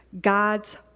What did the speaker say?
God's